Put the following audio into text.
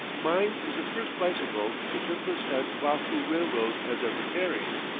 mine is the first bicycle the tiflis and baku railroad has ever carried.